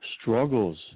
struggles